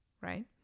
right